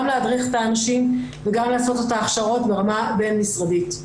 להדריך את האנשים וגם לעשות את ההכשרות ברמה הבין-משרדית.